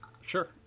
Sure